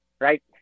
Right